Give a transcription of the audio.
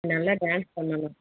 நல்லா டான்ஸ் பண்ணணும்